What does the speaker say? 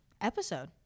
episode